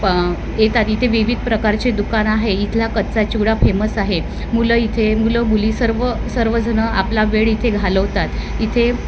प येतात इथे विविध प्रकारचे दुकान आहे इथला कच्चा चिवडा फेमस आहे मुलं इथे मुलं मुली सर्व सर्वजण आपला वेळ इथे घालवतात इथे